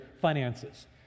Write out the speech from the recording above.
finances